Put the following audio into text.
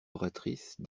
oratrice